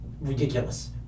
ridiculous